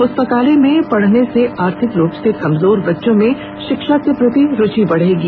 पुस्तकालय में पढ़ने से आर्थिक रूप से कमजोर बच्चों में शिक्षा के प्रति रुचि बढ़ेगी